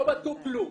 לא בדקו כלום.